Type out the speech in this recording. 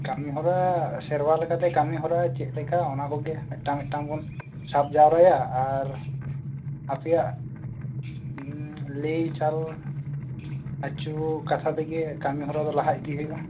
ᱠᱟᱹᱢᱤ ᱦᱚᱨᱟ ᱥᱮᱨᱣᱟ ᱞᱮᱠᱟᱛᱮ ᱠᱟᱹᱢᱤ ᱦᱚᱨᱟ ᱪᱮᱫ ᱞᱮᱠᱟ ᱚᱱᱟ ᱠᱚᱜᱮ ᱢᱤᱫᱴᱟᱝ ᱢᱤᱫᱴᱟᱝ ᱵᱚᱱ ᱥᱟᱵ ᱡᱟᱨᱣᱟᱭᱟ ᱟᱨ ᱟᱯᱮᱭᱟᱜ ᱞᱟᱹᱭ ᱪᱟᱞ ᱟᱹᱪᱩ ᱠᱟᱛᱷᱟ ᱛᱮᱜᱮ ᱠᱟᱹᱢᱤ ᱦᱚᱨᱟ ᱫᱚ ᱞᱟᱦᱟ ᱤᱫᱤ ᱦᱩᱭᱩᱜᱼᱟ